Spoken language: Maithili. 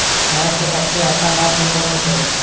भैंस के सबसे अच्छा नस्ल कोन होते?